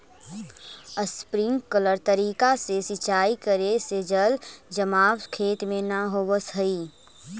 sprinkler तरीका से सिंचाई करे से जल जमाव खेत में न होवऽ हइ